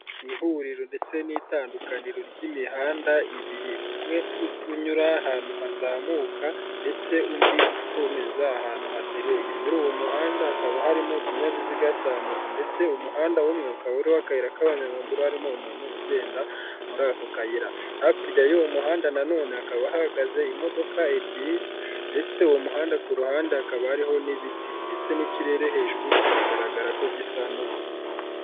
Ihuriro ndetse n'itandukaniro ry'imihanda ibiri. Umwe unyura ahantu hazamuka ndetse undi ukomeza ahantu hatereye. Muri uwo muhanda hakaba harimo ikinyabiziga cya moto ndetse umuhanda umwe, ukaba uriho akayira k'abanyamaguru harimo umuntu ugenda muri ako kayira. Hakurya y'uwo muhanda nanone, hakaba hahagaze imodoka ebyiri ndetse uwo muhanda ku ruhande hakaba hariho n'ibiti ndetse n'ikirere hejuru kiragaragara ko gisa n'ubururu.